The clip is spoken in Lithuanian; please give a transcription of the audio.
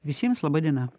visiems laba diena